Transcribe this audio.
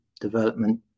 development